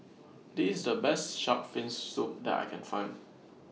This IS The Best Shark's Fin Soup that I Can Find